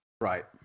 Right